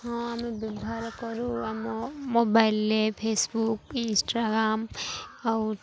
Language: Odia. ହଁ ଆମେ ବ୍ୟବହାର କରୁ ଆମ ମୋବାଇଲ୍ରେ ଫେସବୁକ୍ ଇନ୍ଷ୍ଟାଗ୍ରାମ୍ ଆଉ